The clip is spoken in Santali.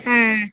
ᱦᱮᱸ